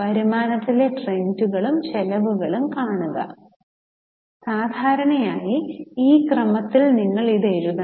വരുമാനത്തിലെ ട്രെൻഡുകളും ചെലവുകളും കാണുക സാധാരണയായി ഈ ക്രമത്തിൽ നിങ്ങൾ ഇത് എഴുതണം